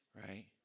right